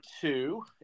two